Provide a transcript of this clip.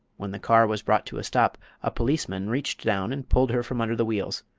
when the car was brought to a stop a policeman reached down and pulled her from under the wheels.